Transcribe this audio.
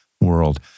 world